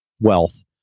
wealth